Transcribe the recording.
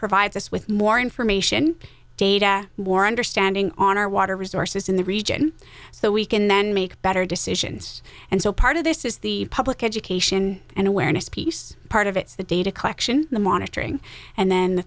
provides us with more information data more understanding on our water resources in the region so we can then make better decisions and so part of this is the public education and awareness piece part of it's the data collection the monitoring and then the